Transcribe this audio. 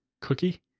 cookie